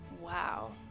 Wow